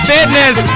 Fitness